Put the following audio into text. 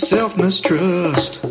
Self-mistrust